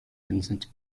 vincent